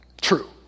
true